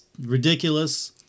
Ridiculous